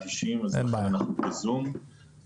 אני אגיד כמה דברים.